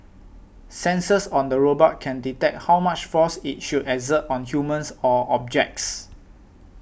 sensors on the robot can detect how much force it should exert on humans or objects